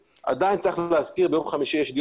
עדיין צריך להזכיר שביום חמישי יש דיון